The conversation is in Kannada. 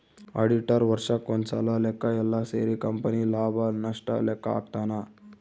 ಆಡಿಟರ್ ವರ್ಷಕ್ ಒಂದ್ಸಲ ಲೆಕ್ಕ ಯೆಲ್ಲ ಸೇರಿ ಕಂಪನಿ ಲಾಭ ನಷ್ಟ ಲೆಕ್ಕ ಹಾಕ್ತಾನ